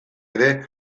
ere